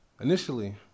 initially